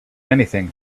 anything